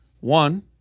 one